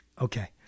Okay